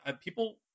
people